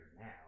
now